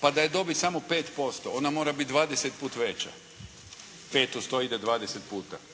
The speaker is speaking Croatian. Pa da je dobit samo 5% ona mora biti 20 puta veća, 5 u 100 ide 20 puta.